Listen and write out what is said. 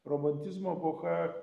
romantizmo epocha